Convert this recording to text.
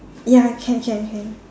ya can can can